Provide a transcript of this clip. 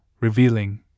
revealing